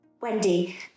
Wendy